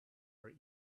our